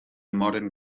modern